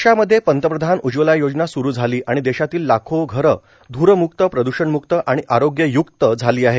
देशामध्ये पंतप्रधान उज्वला योजना स्रु झाली आणि देशातील लाखो घर धूर म्क्त प्रद्षण म्क्त आणि आरोग्यय्क्त झाली आहेत